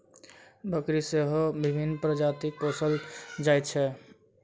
बकरी सेहो विभिन्न प्रजातिक पोसल जाइत छै